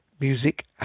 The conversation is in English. music